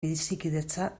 bizikidetza